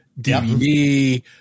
DVD